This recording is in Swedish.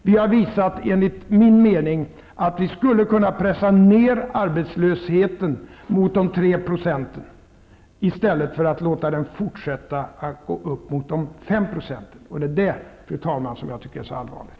Vi har, enligt min mening, visat att vi skulle kunna pressa ned arbetslösheten mot de tre procenten i stället för att låta den fortsätta att gå upp mot de fem procenten. Det är det, fru talman, som jag tycker är så allvarligt.